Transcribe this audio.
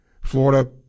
Florida